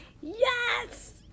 Yes